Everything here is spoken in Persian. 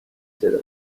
صدا